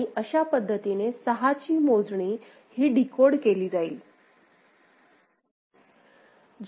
आणि अशा पद्धतीने सहाची मोजणी ही डीकोड केली जाईल